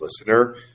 listener